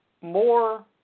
more